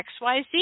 XYZ